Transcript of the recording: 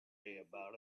about